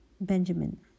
Benjamin